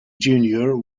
junior